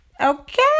okay